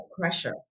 pressure